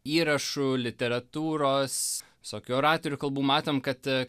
įrašų literatūros visokių oratorių kalbų matom kad a